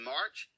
March